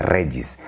Regis